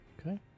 Okay